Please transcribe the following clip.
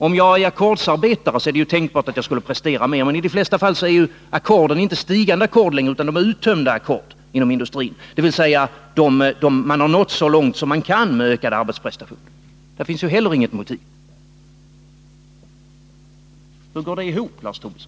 Om jag vore ackordsarbetare, är det tänkbart att jag skulle prestera mera. Men i de flesta fall är ackorden inom industrin inte längre stigande ackord utan uttömda sådana, dvs. man har nått så långt man kan med ökad arbetsprestation. Här finns således inte heller något motiv. Hur går detta ihop, Lars Tobisson?